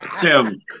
Tim